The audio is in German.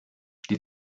die